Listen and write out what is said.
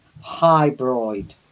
hybrid